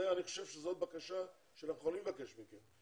אני חושב שזאת בקשה שאנחנו יכולים לבקש מכם,